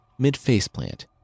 Mid-faceplant